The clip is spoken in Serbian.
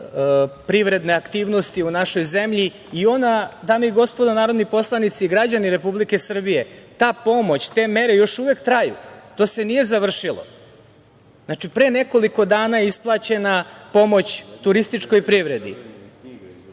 privredne aktivnosti u našoj zemlji i ona, dame i gospodo narodni poslanici, građani Republike Srbije, ta pomoć, te mere još uvek traju, to se nije završilo. Znači, pre nekoliko dana je isplaćena pomoć turističkoj privredi.